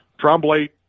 Trombley